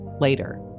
later